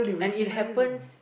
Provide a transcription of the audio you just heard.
and it happens